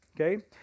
Okay